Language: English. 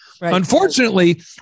Unfortunately